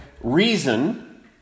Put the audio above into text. reason